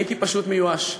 הייתי פשוט מיואש.